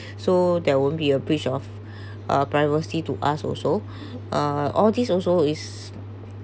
so there won't be a breach of uh privacy to ask also uh all this also is